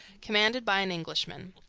commanded by an englishman.